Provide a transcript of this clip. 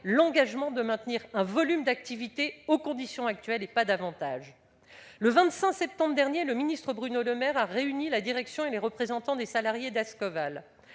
l'engagement de maintenir un volume d'activité aux conditions actuelles, et pas davantage. Le 25 septembre dernier, le ministre Bruno Le Maire a réuni la direction et les représentants des salariés d'Ascoval.